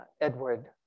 Edward